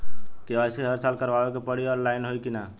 KYC हर साल करवावे के पड़ी और ऑनलाइन होई की ना?